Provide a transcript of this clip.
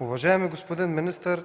Уважаеми господин министър,